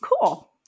Cool